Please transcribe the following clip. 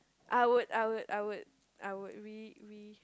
I would I would I would I would really really